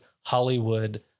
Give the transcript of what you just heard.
Hollywood